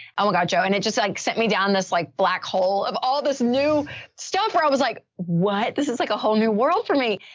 oh my god, joe. and it just like sent me down this like black hole of all this new stuff where i was like, what? this is like a whole new world for me.